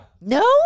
no